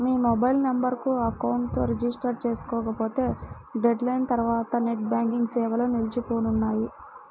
మీ mobile నెంబర్ను account తో register చేసుకోకపోతే డెడ్ లైన్ తర్వాత నెట్ బ్యాంకింగ్ సేవలు నిలిచిపోనున్నాయి